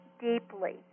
deeply